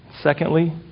Secondly